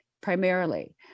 primarily